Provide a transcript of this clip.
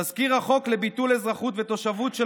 תזכיר החוק לביטול אזרחות ותושבות של